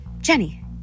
Jenny